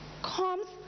comes